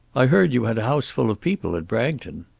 i heard you had a house full of people at bragton.